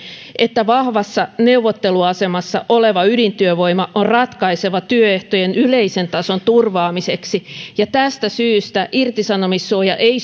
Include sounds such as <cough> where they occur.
että vahvassa neuvotteluasemassa oleva ydintyövoima on ratkaiseva työehtojen yleisen tason turvaamiseksi ja tästä syystä irtisanomissuoja ei <unintelligible>